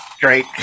great